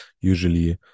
Usually